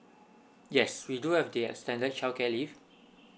yes we do have the extended childcare leave